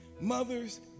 mothers